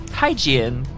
hygiene